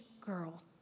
girl